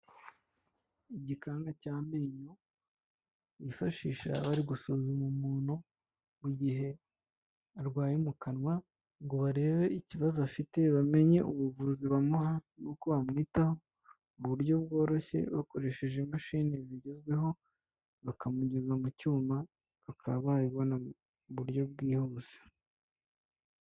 Igikanka cy'amenyo bifashisha bari gusuzuma umuntu, mu gihe arwaye mu kanwa ngo barebe ikibazo afite bamenye ubuvuzi bamuha n'uko bamwitaho, mu buryo bworoshye bakoresheje imashini zigezweho, bakamunyuza mu cyuma, bakaba babibona mu buryo bwihuse.